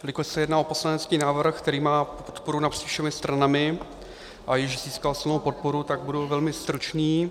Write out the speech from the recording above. Jelikož se jedná o poslanecký návrh, který má podporu napříč všemi stranami a již získal svou podporu, tak budu velmi stručný.